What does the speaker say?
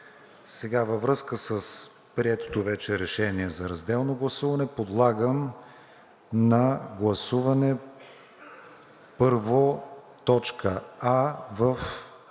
Във връзка с приетото вече решение за разделно гласуване, подлагам на гласуване първо